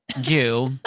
jew